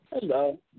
Hello